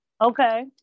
Okay